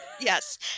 Yes